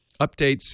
updates